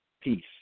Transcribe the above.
peace